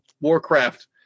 Warcraft